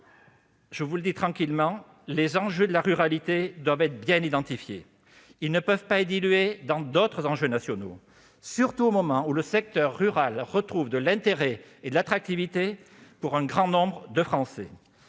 le secrétaire d'État, les enjeux de la ruralité doivent être bien identifiés. Ils ne peuvent pas être dilués dans d'autres enjeux nationaux, particulièrement au moment où le secteur rural retrouve de l'intérêt et de l'attractivité pour un grand nombre de Français.